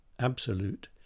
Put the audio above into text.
absolute